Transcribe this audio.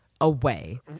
away